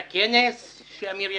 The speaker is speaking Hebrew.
היה כנס שאמיר יזם.